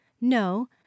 No